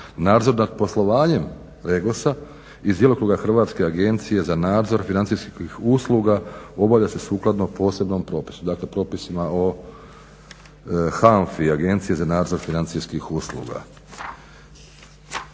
nadzor nad poslovanjem REGOS-a iz djelokruga Hrvatske agencije za nadzor financijskih usluga obavlja se sukladno posebnom propisu. Dakle, propisima o HANFA-i, Agenciji za nadzor financijskih usluga.